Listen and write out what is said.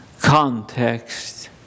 Context